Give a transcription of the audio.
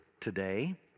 today